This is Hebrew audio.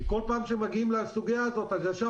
כי כל פעם שמגיעים לסוגיה הזאת ישר